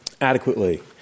adequately